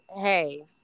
Hey